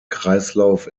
kreislauf